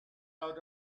out